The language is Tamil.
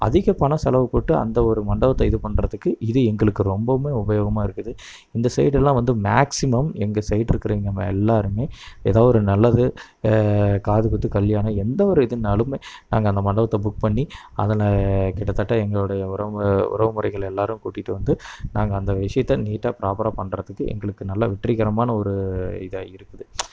அதிக பணம் செலவு போட்டு அந்த ஒரு மண்டபத்தை இது பண்ணுறதுக்கு இது எங்களுக்கு ரொம்பவுமே உபயோகமாக இருக்குது இந்த சைடெல்லாம் வந்து மேக்ஸிமம் எங்கள் சைடு இருக்குறவங்க எல்லாருமே எதோ ஒரு நல்லது காதுகுத்து கல்யாணம் எந்த ஒரு இதுனாலுமே நாங்கள் அந்த மண்டபத்தை புக் பண்ணி அதில் கிட்டத்தட்ட எங்களுடைய உறவுகள் உறவுமுறைகள் எல்லாரையும் கூட்டிகிட்டு வந்து நாங்கள் அந்த விஷயத்த நீட்டாக ப்ராப்பராக பண்ணுறதுக்கு எங்களுக்கு நல்ல வெற்றிகரமான ஒரு இதாக இருக்குது